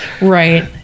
Right